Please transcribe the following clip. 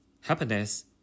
happiness